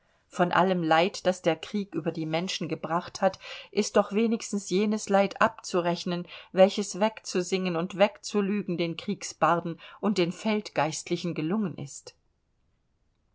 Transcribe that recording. von allem leid das der krieg über die menschen gebracht hat ist doch wenigstens jenes leid abzurechnen welches wegzusingen und wegzulügen den kriegsbarden und den feldgeistlichen gelungen ist